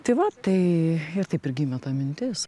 tai va tai ir taip ir gimė ta mintis